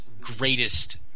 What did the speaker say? greatest